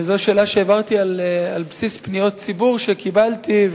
זו שאלה שהעברתי על בסיס פניות ציבור שקיבלתי,